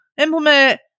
implement